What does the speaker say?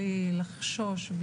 מבלי לחשוש.